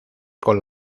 con